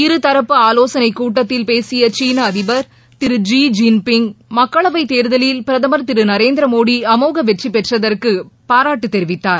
இருதரப்பு ஆவோசனைக் கூட்டத்தில் பேசியசீனஅதிபர் திரு ஸி ஜின் பிங்க் மக்களவைத் தேர்தலில் பிரதமர் திருநரேந்திரமோடிஅமோகவெற்றிபெற்றதற்குபாராட்டுதெரிவித்தார்